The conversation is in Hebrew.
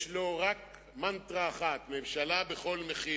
יש לו רק מנטרה אחת: ממשלה בכל מחיר.